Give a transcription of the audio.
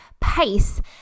pace